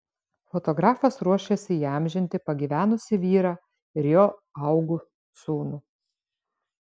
fotografas ruošiasi įamžinti pagyvenusį vyrą ir jo augų sūnų